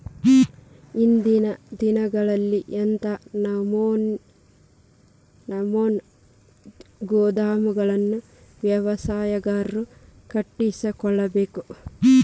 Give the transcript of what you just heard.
ಇಂದಿನ ದಿನಗಳಲ್ಲಿ ಎಂಥ ನಮೂನೆ ಗೋದಾಮುಗಳನ್ನು ವ್ಯವಸಾಯಗಾರರು ಕಟ್ಟಿಸಿಕೊಳ್ಳಬೇಕು?